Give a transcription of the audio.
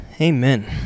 Amen